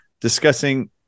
discussing